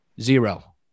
Zero